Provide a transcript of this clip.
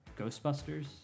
Ghostbusters